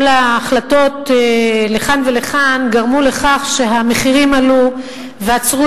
ההחלטות לכאן ולכאן גרמו לכך שהמחירים עלו ועצרו